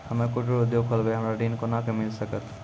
हम्मे कुटीर उद्योग खोलबै हमरा ऋण कोना के मिल सकत?